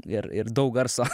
ir ir daug garso